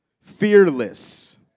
fearless